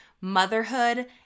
motherhood